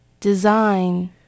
Design